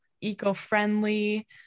eco-friendly